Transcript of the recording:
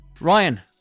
ryan